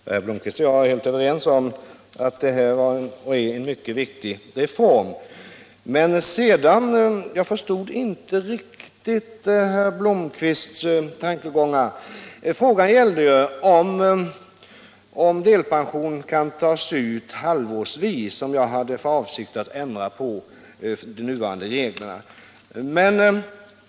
Herr talman! Herr Blomkvist och jag är helt överens om att detta är en mycket viktig reform. Men sedan förstod jag inte riktigt herr Blomkvists tankegångar. Frågan gällde ju om delpension kan tas ut halvårsvis och om jag hade för avsikt att ändra på de nuvarande reglerna.